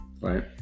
Right